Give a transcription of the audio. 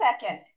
second